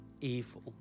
evil